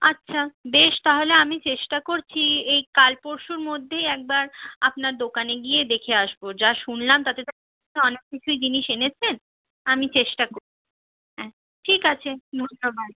আচ্ছা বেশ তাহলে আমি চেষ্টা করছি এই কাল পরশুর মধ্যেই একবার আপনার দোকানে গিয়ে দেখে আসব যা শুনলাম তাতে তো অনেক কিছুই জিনিস এনেছেন আমি চেষ্টা করব হ্যাঁ ঠিক আছে ধন্যবাদ